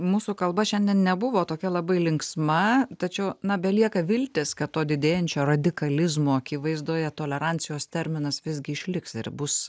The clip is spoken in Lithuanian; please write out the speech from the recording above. mūsų kalba šiandien nebuvo tokia labai linksma tačiau na belieka viltis kad to didėjančio radikalizmo akivaizdoje tolerancijos terminas visgi išliks ir bus